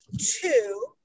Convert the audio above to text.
Two